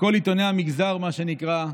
בכל עיתוני המגזר, מה שנקרא,